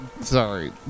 Sorry